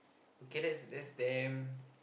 okay that's that's damn